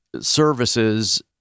services